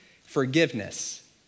forgiveness